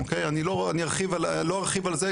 אני לא ארחיב על זה,